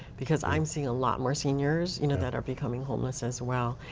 because i'm seeing a lot more seniors you know that are becoming homeless as well.